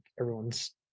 everyone's